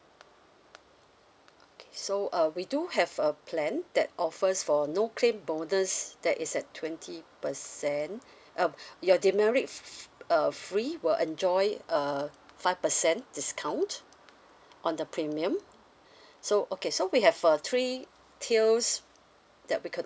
okay so uh we do have a plan that offers for no claim bonus that is at twenty percent um your demerit f~ uh free will enjoy a five percent discount on the premium so okay so we have a three tiers that we can